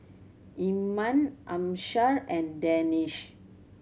Iman Amsyar and Danish